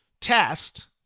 test